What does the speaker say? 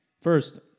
First